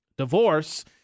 divorce